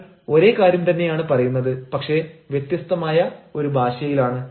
നിങ്ങൾ ഒരേ കാര്യം തന്നെയാണ് പറയുന്നത് പക്ഷേ വ്യത്യസ്തമായ ഒരു ഭാഷയിലാണ്